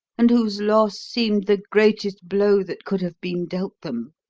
and whose loss seemed the greatest blow that could have been dealt them.